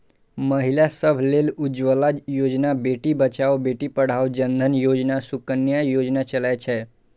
महिला सभ लेल उज्ज्वला योजना, बेटी बचाओ बेटी पढ़ाओ, जन धन योजना, सुकन्या योजना चलै छै